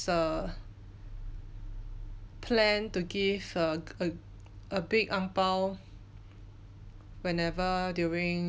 plan to give for a a big ang bao whenever during